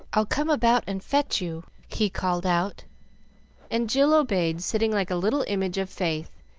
i'll come about and fetch you! he called out and jill obeyed, sitting like a little image of faith,